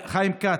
חיים כץ,